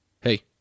hey